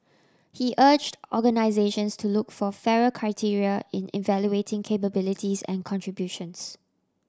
he urged organisations to look for fairer criteria in evaluating capabilities and contributions